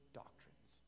doctrines